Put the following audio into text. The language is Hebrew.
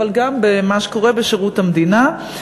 אבל גם במה שקורה בשירות המדינה.